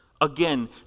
Again